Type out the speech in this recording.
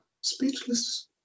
speechless